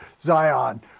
Zion